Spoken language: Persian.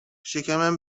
شکمم